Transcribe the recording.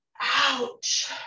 ouch